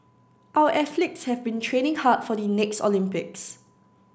our athletes have been training hard for the next Olympics